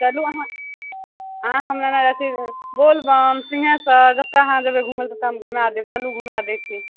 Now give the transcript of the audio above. चलू अहाँ अहाँ हमरा अथि बोलबम सिंघेश्वर जतऽ अहाँ जेबय घुमय लए ततऽ घुमा देब चलू घुमा दै छी